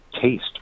taste